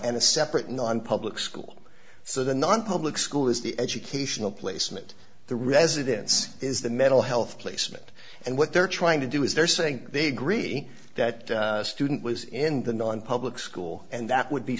and a separate nonpublic school so the nonpublic school is the educational placement the residence is the mental health placement and what they're trying to do is they're saying they agree that student was in the nonpublic school and that would be